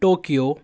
Tokyo